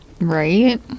Right